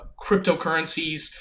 cryptocurrencies